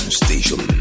station